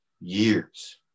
years